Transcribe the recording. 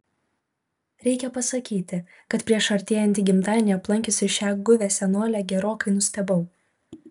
reikia pasakyti kad prieš artėjantį gimtadienį aplankiusi šią guvią senolę gerokai nustebau